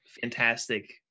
fantastic